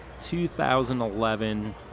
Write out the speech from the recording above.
2011